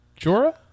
Jorah